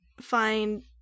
find